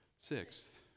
sixth